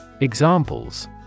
examples